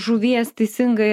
žuvies teisingai